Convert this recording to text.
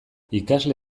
ikasle